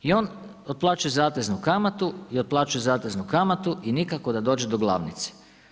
I on otplaćuje zateznu kamatu i otplaćuje zateznu kamatu i nikako da dođe do glavnice.